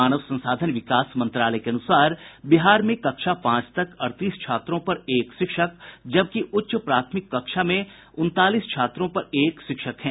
मानव संसाधन विकास मंत्रालय के अनुसार बिहार में कक्षा पांच तक अड़तीस छात्रों पर एक शिक्षक जबकि उच्च प्राथमिक कक्षा में उनतालीस छात्रों पर एक शिक्षक हैं